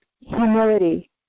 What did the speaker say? humility